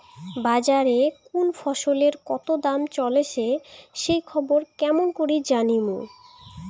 বাজারে কুন ফসলের কতো দাম চলেসে সেই খবর কেমন করি জানীমু?